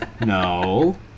no